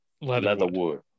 Leatherwood